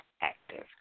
active